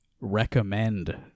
recommend